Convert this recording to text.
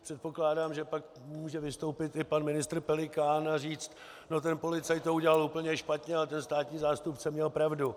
Předpokládám, že pak může vystoupit i pan ministr Pelikán a říct: No ten policajt to udělal úplně špatně a ten státní zástupce měl pravdu.